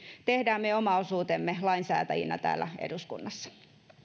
tehdään me oma osuutemme lainsäätäjinä täällä eduskunnassa